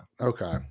okay